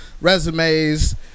resumes